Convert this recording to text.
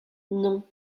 non